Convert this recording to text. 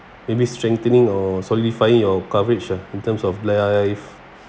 maybe strengthening or solidify your coverage ah in terms of life